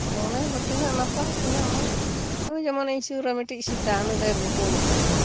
ᱛᱚ ᱚᱱᱮ ᱠᱚ ᱛᱤᱱᱟᱹᱜ ᱱᱟᱯᱟᱭ ᱛᱤᱱᱟᱹᱜ ᱢᱚᱡᱽ ᱱᱩᱭ ᱡᱮᱢᱚᱱ ᱤᱧ ᱥᱩᱨ ᱨᱮ ᱢᱤᱫᱴᱮᱱ ᱥᱮᱛᱟ ᱩᱱᱤ ᱫᱚᱭ ᱵᱩᱨᱩᱢ ᱠᱟᱱᱟ